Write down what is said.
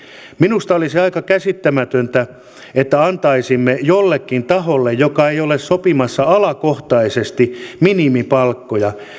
minusta olisi aika käsittämätöntä että antaisimme joillekin tahoille jotka eivät ole sopimassa alakohtaisesti minimipalkkoja